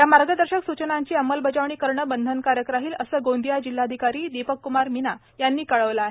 या मार्गदर्शक सूचनेची अंमलबजावणी करणे बंधनकारक राहील असे गोंदियाचे जिल्हाधिकारी दीपक कुमार मिना यांनी कळविले आहे